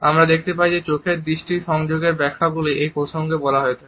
আমরা দেখতে পাই যে চোখের দৃষ্টি সংযোগের ব্যাখ্যা গুলি এই প্রসঙ্গে বলা হয়ে থাকে